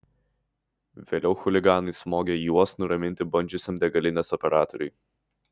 vėliau chuliganai smogė juos nuraminti bandžiusiam degalinės operatoriui